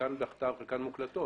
חלקן בכתב וחלקן מוקלטות,